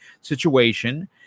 situation